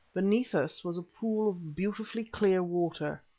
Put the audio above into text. beneath us was a pool of beautifully clear water.